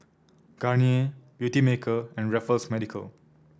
Garnier Beautymaker and Raffles Medical